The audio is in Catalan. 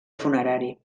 funerari